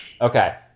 Okay